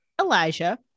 Elijah